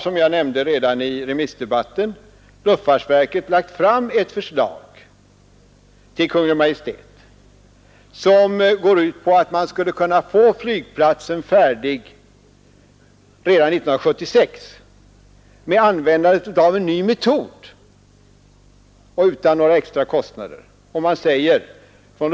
Som jag nämnde redan i remissdebatten har emellertid luftfartsverket lagt fram ett förslag till Kungl. Maj:t, som går ut på att man med användande av en ny metod och utan några extra kostnader skulle kunna få flygplatsen färdig redan 1976.